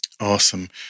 Awesome